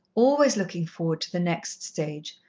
always looking forward to the next stage,